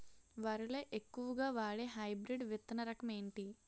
వరి లో ఎక్కువుగా వాడే హైబ్రిడ్ విత్తన రకం ఏంటి?